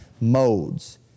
modes